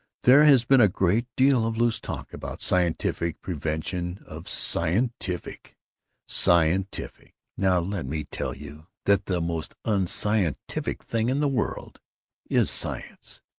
there has been a great deal of loose talk about scientific prevention of scientific scientific! now, let me tell you that the most unscientific thing in the world is science!